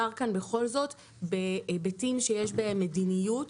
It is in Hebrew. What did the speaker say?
בכל זאת בהיבטים שיש בהם מדיניות.